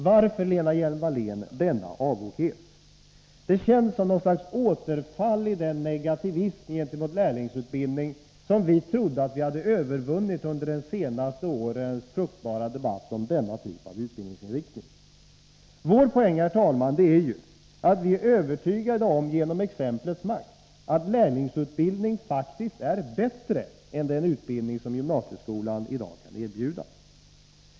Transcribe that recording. Varför denna avoghet, Lena Hjelm-Wallén? Det känns som något slags återfall i den negativism gentemot lärlingsutbildning som vi trodde att vi hade övervunnit under de senaste årens fruktbara debatt om denna typ av utbildningsinriktning. Herr talman! Poängen är ju att vi genom exemplets makt är övertygade om att lärlingsutbildning faktiskt är bättre än den utbildning som gymnasieskolan i dag kan erbjuda.